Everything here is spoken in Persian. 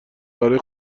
برای